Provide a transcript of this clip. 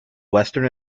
western